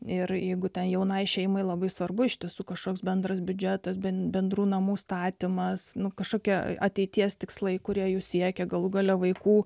ir jeigu tai jaunai šeimai labai svarbu iš tiesų kažkoks bendras biudžetas bent bendrų namų statymas nu kažkokia ateities tikslai kurie jų siekia galų gale vaikų